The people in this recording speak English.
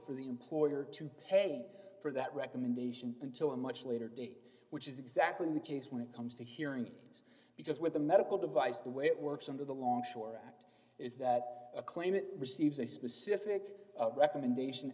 for the employer to pay for that recommendation until a much later date which is exactly the case when it comes to hearing aids because with a medical device the way it works under the longshore act is that a claim that receives a specific recommendation